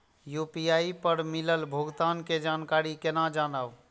UPI पर मिलल भुगतान के जानकारी केना जानब?